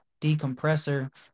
decompressor